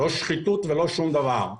לא שחיתות ולא שום דבר.